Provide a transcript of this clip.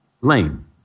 lame